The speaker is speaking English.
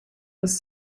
was